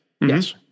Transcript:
Yes